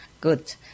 good